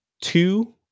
two